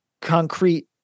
concrete